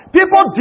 People